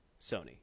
Sony